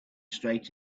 straight